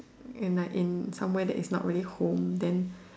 in uh in somewhere that is not really home then